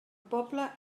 poble